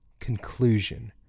Conclusion